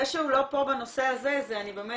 זה שהוא לא פה בנושא הזה, באמת